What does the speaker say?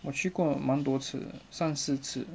我去过蛮多次了三四次了